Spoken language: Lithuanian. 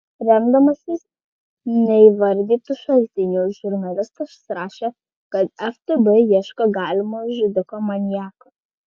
remdamasis neįvardytu šaltiniu žurnalistas rašė kad ftb ieško galimo žudiko maniako